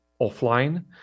offline